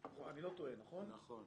אני לא טועה, נכון?